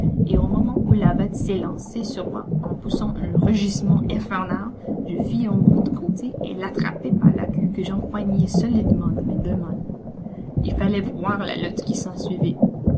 et au moment où la bête s'élançait sur moi en poussant un rugissement infernal je fis un bond de côté et l'attrapai par la queue que j'empoignai solidement de mes deux mains il fallait voir la lutte qui